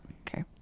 Okay